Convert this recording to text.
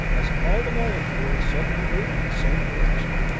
as all the molecules suddenly moved in the same direction.